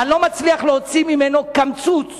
אני לא מצליח להוציא ממנו קמצוץ